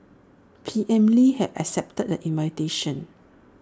P M lee has accepted the invitation